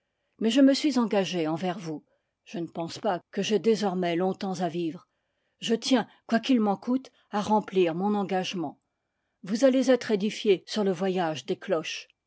mais je me suis engagé envers vous je ne pense pas que j'aie désormais longtemps à vivre je tiens quoi qu'il m'en coûte à remplir mon engagement vous allez être édifié sur le voyage des cloches